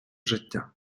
життя